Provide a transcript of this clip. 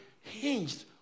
hinged